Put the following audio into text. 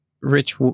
rich